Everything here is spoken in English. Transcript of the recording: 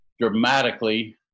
dramatically